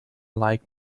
like